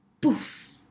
poof